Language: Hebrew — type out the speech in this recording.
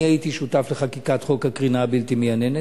אני הייתי שותף לחקיקת חוק הקרינה הבלתי-מייננת.